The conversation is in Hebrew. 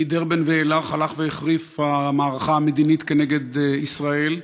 מדרבן ואילך הלכה והחריפה המערכה המדינית כנגד ישראל.